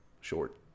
short